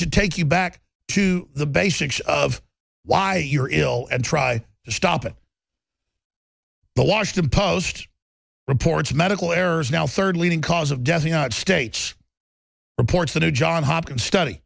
to take you back to the basics of why you're ill and try to stop it the washington post reports medical errors now third leading cause of death the united states reports the new john hopkins study